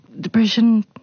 Depression